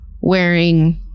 wearing